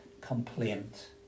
complaint